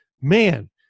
man